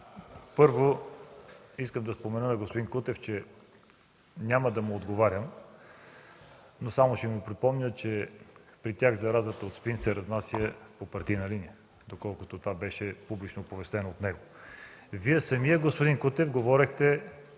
Първо искам да спомена, че няма да отговарям на господин Кутев. Само ще му припомня, че при тях заразата от СПИН се разнася по партийна линия, доколкото това беше публично оповестено от него. Вие самият, господин Кутев, говорехте